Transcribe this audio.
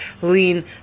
lean